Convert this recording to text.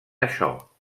això